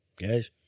guys